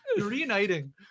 Reuniting